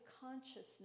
consciousness